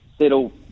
settle